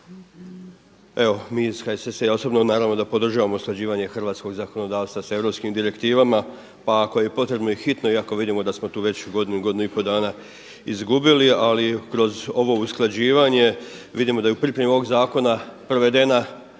Evo mi iz HSS-a i ja osobno naravno da podržavamo usklađivanje hrvatskog zakonodavstva sa europskim direktivama pa ako je potrebno i hitno iako vidimo da smo tu već godinu, godinu i pol dana izgubili ali kroz ovo usklađivanje vidimo da je u pripremi ovog zakona provedena